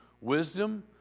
Wisdom